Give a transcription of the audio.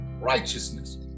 righteousness